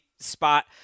spot